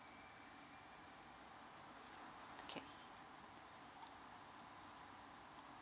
okay